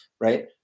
right